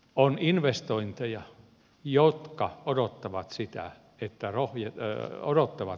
on investointeja jotka odottavat ratkaisua